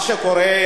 מה שקורה,